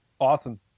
Awesome